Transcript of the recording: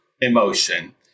emotion